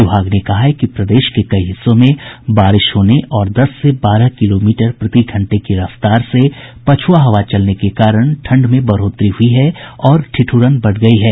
विभाग ने कहा है कि प्रदेश के कई हिस्सों में बारिश होने और दस से बारह किलोमीटर प्रतिघंटे की रफ्तार से पछुआ हवा चलने के कारण ठंड में बढ़ोतरी हुई है और ठिठुरन बढ़ गयी है